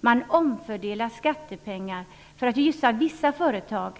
Man omfördelar skattepengar för att gynna vissa företag.